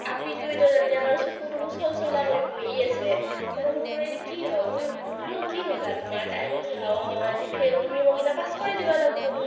আপীটোৱেতো তেতিয়া একেবাৰে চকু টকু চলচলীয়া কৰি বহি আছে মই বোলো এইটোৰ কি হ'ল মই সুধিলোঁ কি হ'ল এ তোমাৰ তাই কৈছে হাও মই আজি ফেইল তুমি মোক এতিয়া পাছ কৰাই দিব লাগিব